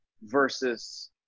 versus